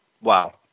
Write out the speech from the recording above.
Wow